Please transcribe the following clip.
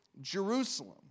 Jerusalem